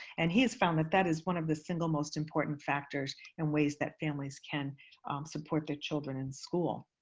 and he has found that that is one of the single most important factors and ways that families can support their children in school.